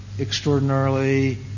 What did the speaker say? extraordinarily